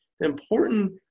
important